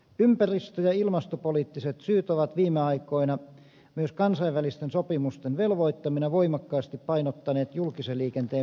ympäristö ja ilmastopoliittiset syyt ovat viime aikoina myös kansainvälisten sopimusten velvoittamina voimakkaasti painottaneet julkisen liikenteen merkitystä